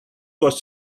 was